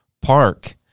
Park